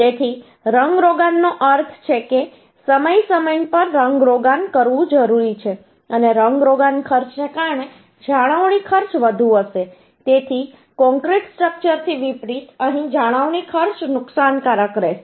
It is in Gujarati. તેથી રંગરોગાનનો અર્થ છે કે સમય સમય પર રંગરોગાન કરવું જરૂરી છે અને રંગરોગાન ખર્ચને કારણે જાળવણી ખર્ચ વધુ હશે તેથી કોંક્રિટ સ્ટ્રક્ચરથી વિપરીત અહીં જાળવણી ખર્ચ નુકસાનકારક રહેશે